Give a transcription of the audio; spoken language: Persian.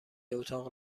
اتاق